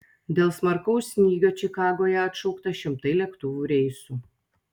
dėl smarkaus snygio čikagoje atšaukta šimtai lėktuvų reisų